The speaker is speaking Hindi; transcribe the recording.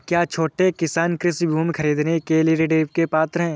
क्या छोटे किसान कृषि भूमि खरीदने के लिए ऋण के पात्र हैं?